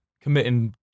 committing